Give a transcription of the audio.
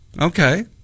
Okay